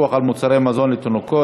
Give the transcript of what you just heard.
פיקוח על מוצרי מזון לתינוקות),